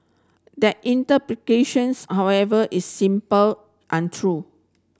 that interpretations however is simple untrue